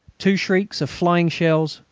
two shrieks of flying shells!